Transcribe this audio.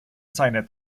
seiner